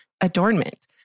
adornment